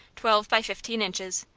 twelve by fifteen inches,